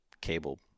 cable